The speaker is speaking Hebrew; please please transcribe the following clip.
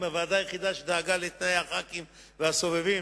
זו הוועדה היחידה שדאגה לתנאי חברי הכנסת והסובבים.